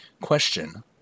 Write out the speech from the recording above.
Question